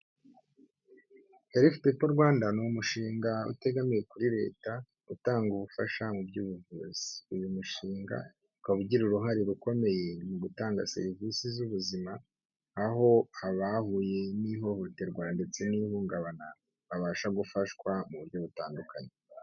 Helifu pipo Rwanda ni umushinga utegamiye kuri leta utanga ubufasha mu by'ubuvuzi. Uyu mushinga ukaba ugira uruhare rukomeye mu gutanga serivisi z'ubuzima, aho abahuye n'ihohoterwa ndetse n'ihungabana babasha gufashwa mu buryo butandukanye.